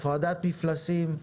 הפרדת מפלסים.